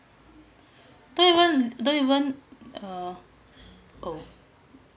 don't even don't even uh oh